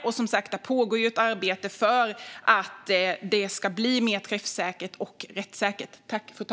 Där pågår som sagt ett arbete för att det ska bli mer träffsäkert och rättssäkert.